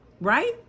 right